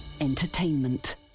Entertainment